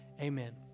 Amen